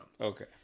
okay